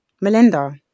Melinda